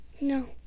No